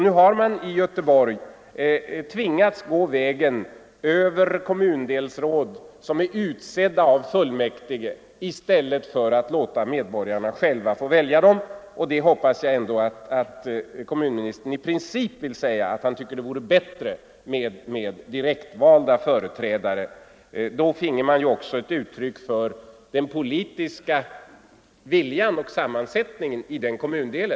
Nu har man i Göteborg tvingats gå vägen över kommundelsråd, som är utsedda av fullmäktige, i stället för att låta medborgarna själva få välja dessa. Jag 93 hoppas att kommunministern i princip anser det vara bättre med direktvalda företrädare. Då finge man ju också ett uttryck för den politiska viljan och sammansättningen i respektive kommundel.